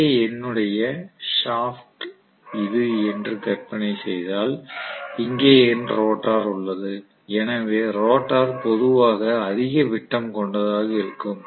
இங்கே என்னுடைய ஷாப்ட் இது என்று கற்பனை செய்தால் இங்கே என் ரோட்டார் உள்ளது எனவே ரோட்டார் பொதுவாக அதிக விட்டம் கொண்டதாக இருக்கும்